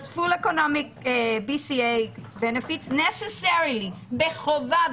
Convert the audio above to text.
Thus a full economic BCA necessarily" בחובה,